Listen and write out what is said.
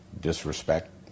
disrespect